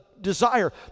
desire